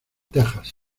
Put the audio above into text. texas